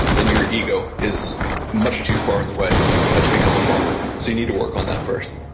then your ego is much too far in the way ah to become a farmer. so you need to work on that first